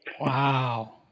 Wow